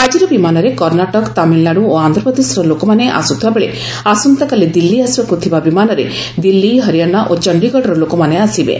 ଆକ୍ଟିର ବିମାନରେ କର୍ଷ୍ଣାଟକ ତାମିଲନାଡୁ ଓ ଆନ୍ଧ୍ରପ୍ରଦେଶର ଲୋକମାନେ ଆସ୍ରଥିବା ବେଳେ ଆସନ୍ତାକାଲି ଦିଲ୍ଲୀ ଆସିବାକ୍ ଥିବା ବିମାନରେ ଦିଲ୍ଲୀ ହରିଆଣା ଓ ଚଷ୍ଟିଗଡ଼ର ଲୋକମାନେ ଆସିବେ